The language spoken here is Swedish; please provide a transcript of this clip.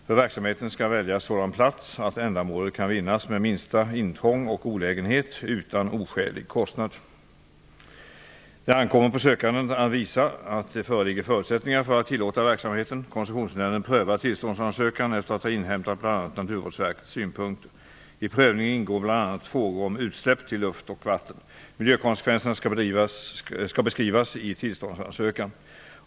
För verkamheten skall väljas sådan plats att ändamålet kan vinnas med minsta intrång och olägenhet utan oskälig kostnad. Det ankommer på sökanden att visa att det föreligger förutsättningar för att tillåta verksamheten. Koncessionsnämnden prövar tillståndsansökan efter att ha inhämtat bl.a. Naturvårdsverkets synpunkter. I prövningen ingår bl.a. frågor om utsläpp till luft och vatten. Miljökonsekvenserna skall beskrivas i tillståndsansökan.